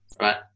right